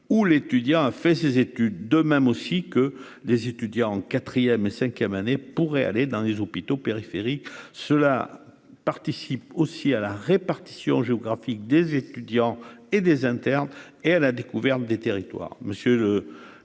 où l'étudiant a fait ses études de même aussi que des étudiants en quatrième et cinquième année pourraient aller dans les hôpitaux périphériques, cela participe aussi à la répartition géographique des étudiants et des internes et à la découverte des territoires,